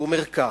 והוא אומר כך: